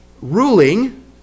ruling